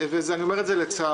ואני אומר את זה לצערי,